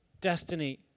destiny